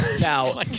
Now